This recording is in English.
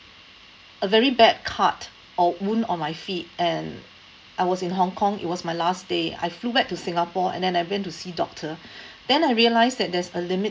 a very bad cut or wound on my feet and I was in hong kong it was my last day I flew back to singapore and then I went to see doctor then I realised that there's a limit